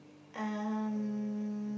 um